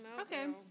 Okay